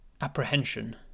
apprehension